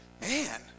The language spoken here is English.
man